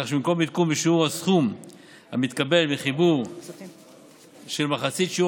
כך שבמקום עדכון בשיעור הסכום המתקבל מחיבור של מחצית שיעור